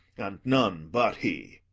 and none but he.